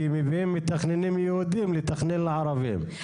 כי מביאים מתכננים יהודים לתכנן לערבים.